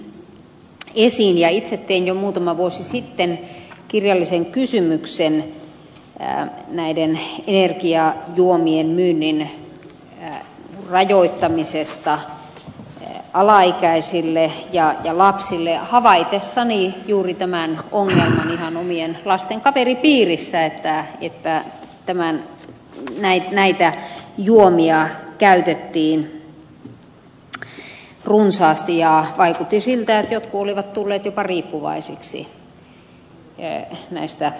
itse tein jo muutama vuosi sitten kirjallisen kysymyksen näiden energiajuomien myynnin rajoittamisesta alaikäisille ja lapsille havaitessani juuri tämän ongelman ihan omien lasten kaveripiirissä että näitä juomia käytettiin runsaasti ja vaikutti siltä että jotkut olivat tulleet jopa riippuvaisiksi näistä energiajuomista